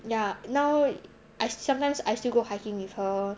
ya now I sometimes I still go hiking with her